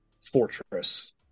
fortress